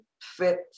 fit